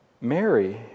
Mary